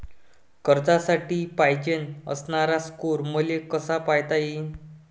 कर्जासाठी पायजेन असणारा स्कोर मले कसा पायता येईन?